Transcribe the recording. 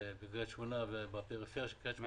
בקריית שמונה ובפריפריה של קריית שמונה.